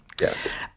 Yes